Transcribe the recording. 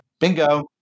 Bingo